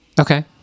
okay